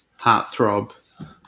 heartthrob